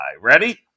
Ready